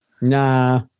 nah